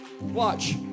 watch